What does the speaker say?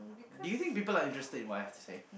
do you think people are interested in what I have to say